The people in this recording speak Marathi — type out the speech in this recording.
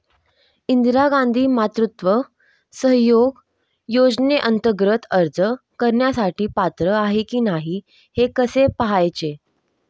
इंदिरा गांधी मातृत्व सहयोग योजनेअंतर्गत अर्ज करण्यासाठी पात्र आहे की नाही हे कसे पाहायचे?